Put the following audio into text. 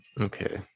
Okay